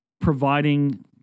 providing